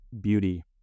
beauty